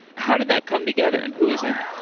how did that come together and who is in it?